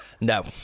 no